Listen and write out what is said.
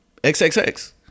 XXX